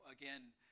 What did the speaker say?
again